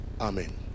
amen